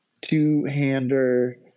two-hander